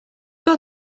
got